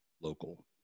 Local